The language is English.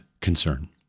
concern